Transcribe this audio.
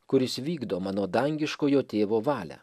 kuris vykdo mano dangiškojo tėvo valią